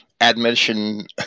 admission